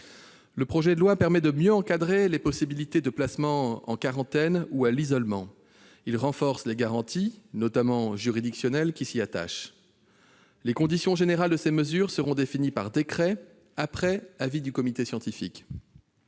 Le projet de loi permet de mieux encadrer les possibilités de placement en quarantaine ou à l'isolement. Il renforce les garanties, notamment juridictionnelles, qui s'y rapportent. Les conditions générales seront définies par décret, après avis du comité de scientifiques.